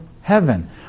heaven